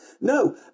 No